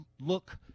look